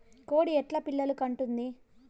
కోడి ఎట్లా పిల్లలు కంటుంది?